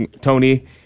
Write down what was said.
Tony